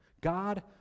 God